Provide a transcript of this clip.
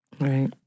Right